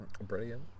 Brilliant